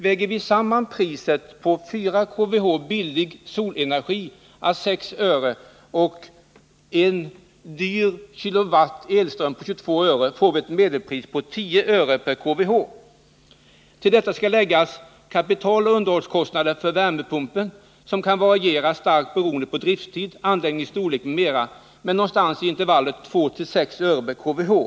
Väger vi samman priset på 3 kWh billig solenergi å 6 öre och en dyr kWh elström på 22 öre, får vi ett medelpris på 10 öre kWh.